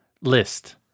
list